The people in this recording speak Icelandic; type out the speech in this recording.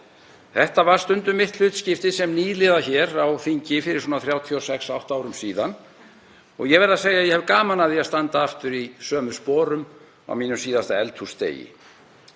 Þetta var stundum mitt hlutskipti sem nýliða hér á þingi fyrir svona 36, 38 árum síðan, og ég verð að segja að ég hef gaman af því að standa aftur í sömu sporum á mínum síðasta eldhúsdegi.